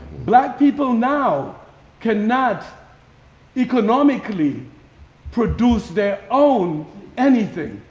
black people now cannot economically produce their own anything.